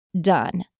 done